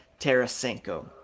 Tarasenko